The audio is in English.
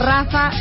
Rafa